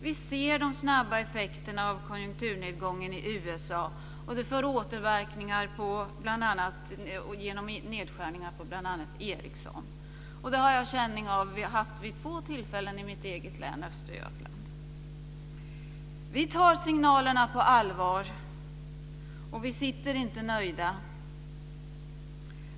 Vi ser de snabba effekterna av konjunkturnedgången i USA och hur de får återverkningar genom nedskärningar hos bl.a. Ericsson. Vid två tillfällen har jag haft känning av detta i mitt eget län, Östergötland. Vi tar signalerna på allvar, och vi sitter inte nöjda.